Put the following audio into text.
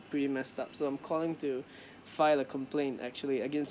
pretty messed up so I'm calling to file a complaint actually against